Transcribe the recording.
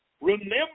Remember